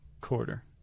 quarter